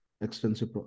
extensive